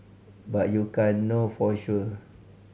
but you can't know for sure